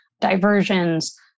diversions